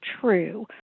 true